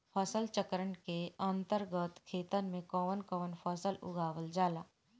फसल चक्रण के अंतर्गत खेतन में कवन कवन फसल उगावल जाला?